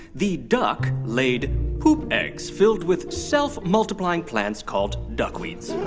the duck laid poop eggs filled with self-multiplying plants called duckweeds